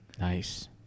Nice